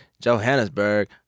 Johannesburg